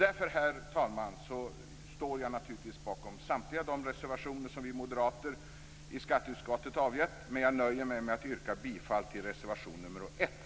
Därför, herr talman, står jag naturligtvis bakom samtliga de reservationer som vi moderater i skatteutskottet har avgett, men jag nöjer mig med att yrka på bifall till reservation nr 1.